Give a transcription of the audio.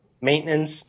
maintenance